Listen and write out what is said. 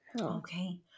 Okay